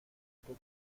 que